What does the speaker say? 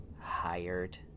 hired